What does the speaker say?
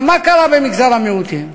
עכשיו, מה קרה במגזר המיעוטים?